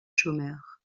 chômeurs